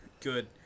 Good